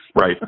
Right